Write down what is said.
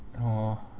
oh